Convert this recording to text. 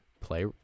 play